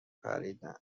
پریدن